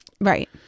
Right